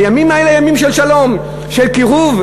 הימים האלה ימים של שלום, של קירוב.